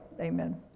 Amen